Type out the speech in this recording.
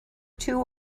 too